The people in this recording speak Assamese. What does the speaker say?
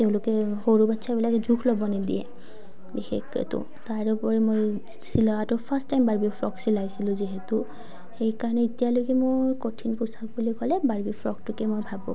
তেওঁলোকে সৰু বাচ্ছাবিলাকে জোখ ল'ব নিদিয়ে বিশেষকৈ তো তাৰ উপৰি মই চিলোৱাটো ফাৰ্ষ্ট টাইম বাৰ্বি ফ্ৰক চিলাইছিলোঁ যিহেতু সেইকাৰণে এতিয়ালৈকে মোৰ কঠিন পোচাক বুলি ক'লে বাৰ্বি ফ্ৰকটোকে মই ভাবোঁ